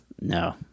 No